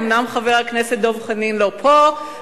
אומנם חבר הכנסת דב חנין לא פה,